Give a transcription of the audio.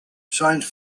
science